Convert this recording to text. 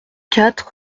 quatre